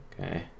okay